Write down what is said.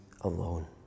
alone